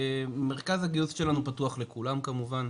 מרכז הגיוס שלנו פתוח לכולם כמובן,